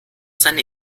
seine